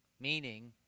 Meaning